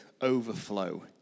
overflow